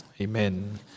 Amen